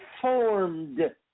formed